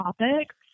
topics